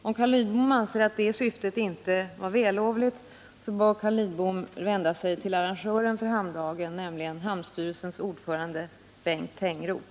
Om Carl Lidbom anser att det syftet inte var vällovligt, bör Carl Lidbom vända sig till arrangören för Hamndagen, nämligen hamnstyrelsens ordförande Bengt Tengroth.